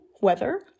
weather